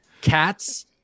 cats